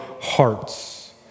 hearts